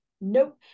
nope